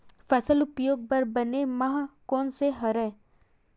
फसल उगाये बर बने माह कोन से राइथे?